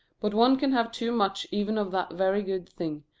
but one can have too much even of that very good thing,